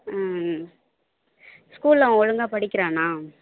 ம் ஸ்கூலில் அவன் ஒழுங்காக படிக்கிறானா